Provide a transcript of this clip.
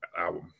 album